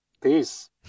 peace